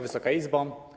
Wysoka Izbo!